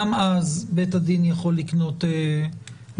גם אז בית הדין יכול לקנות סמכות.